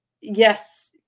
yes